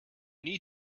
need